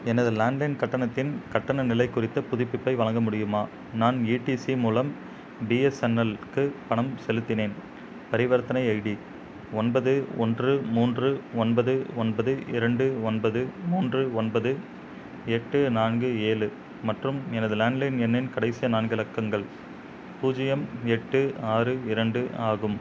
எனது லேண்ட்லைன் கட்டணத்தின் கட்டண நிலை குறித்த புதுப்பிப்பை வழங்க முடியுமா நான் ஈடிசி மூலம் பிஎஸ்என்எல்க்கு பணம் செலுத்தினேன் பரிவர்த்தனை ஐடி ஒன்பது ஒன்று மூன்று ஒன்பது ஒன்பது இரண்டு ஒன்பது மூன்று ஒன்பது எட்டு நான்கு ஏழு மற்றும் எனது லேண்ட்லைன் எண்ணின் கடைசி நான்கு இலக்கங்கள் பூஜ்ஜியம் எட்டு ஆறு இரண்டு ஆகும்